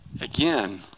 again